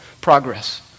progress